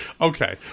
Okay